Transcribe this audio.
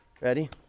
Ready